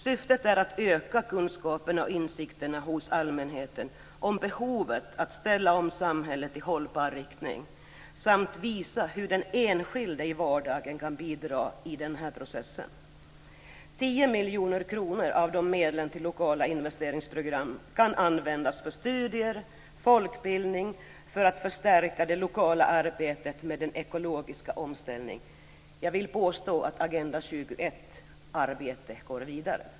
Syftet är att öka kunskaperna och insikterna hos allmänheten om behovet av att ställa om samhället i hållbar riktning samt visa hur den enskilde i vardagen kan bidra till den här processen. 10 miljoner kronor av medlen till lokala investeringsprogram kan användas för studier och folkbildning för att förstärka det lokala arbetet med den ekologiska omställningen. Jag vill påstå att arbetet med Agenda 21 går vidare.